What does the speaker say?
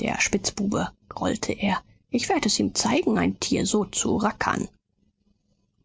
der spitzbube grollte er ich werde es ihm zeigen ein tier so zu rackern